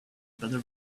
better